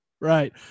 right